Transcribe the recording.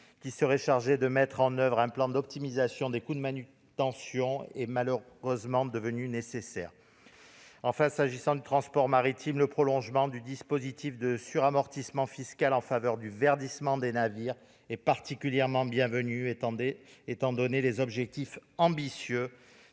qui serait chargée de mettre en oeuvre un plan d'optimisation à cet égard, est malheureusement devenue nécessaire. S'agissant du transport maritime, le prolongement du dispositif de suramortissement fiscal en faveur du verdissement des navires est particulièrement bienvenu, étant donnés les objectifs ambitieux,